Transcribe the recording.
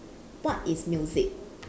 what is music